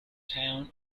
town